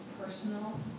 personal